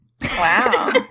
Wow